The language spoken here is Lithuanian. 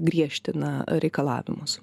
griežtina reikalavimus